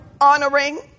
honoring